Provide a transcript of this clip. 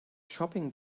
shopping